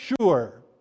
sure